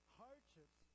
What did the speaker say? hardships